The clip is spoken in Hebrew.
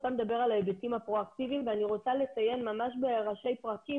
אתה מדבר על ההיבטים הפרו אקטיביים ואני רוצה לציין ממש בראשי פרקים